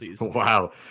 wow